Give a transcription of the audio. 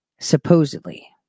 supposedly